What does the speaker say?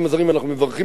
אנחנו מברכים אותו,